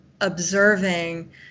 observing